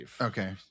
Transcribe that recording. Okay